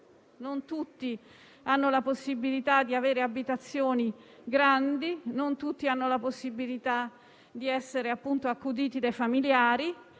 non tutti hanno la possibilità di avere abitazioni grandi; non tutti hanno la possibilità di essere accuditi dai familiari.